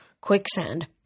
quicksand